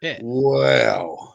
Wow